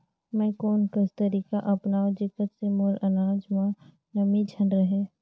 मैं कोन कस तरीका अपनाओं जेकर से मोर अनाज म नमी झन रहे?